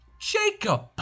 Jacob